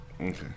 Okay